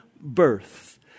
birth